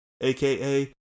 aka